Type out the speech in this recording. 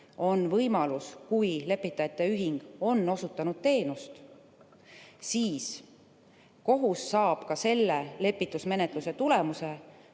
on võimalus, kui lepitajate ühing on osutanud teenust, siis kohus saab ka selle lepitusmenetluse tulemuse